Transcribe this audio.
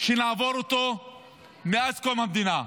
שנעבור מאז קום המדינה,